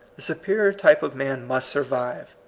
the superior type of man must survive.